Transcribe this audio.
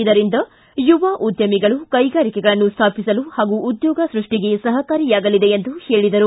ಇದರಿಂದ ಯುವ ಉದ್ದಮಿಗಳು ಕೈಗಾರಿಗಳನ್ನು ಸ್ಥಾಪಿಸಲು ಹಾಗೂ ಉದ್ಯೋಗ ಸೃಷ್ಟಿಗೆ ಸಹಕಾರಿಗಾಲಿದೆ ಎಂದು ಹೇಳಿದರು